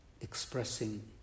expressing